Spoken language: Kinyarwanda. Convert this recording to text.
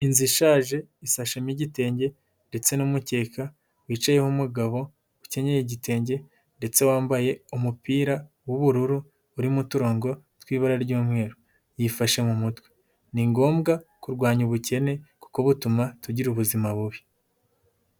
Inzu ishaje ishashemo igitenge ndetse n'umukeka wicayeho umugabo ukenye igitenge, ndetse wambaye umupira w'ubururu uririmo uturongo tw'ibara ry'umweru, yifashe mu mutwe, ni ngombwa kurwanya ubukene kuko butuma tugira ubuzima bubi.